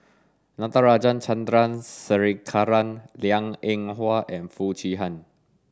Natarajan Chandrasekaran Liang Eng Hwa and Foo Chee Han